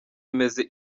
imeze